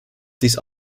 these